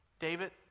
David